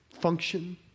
function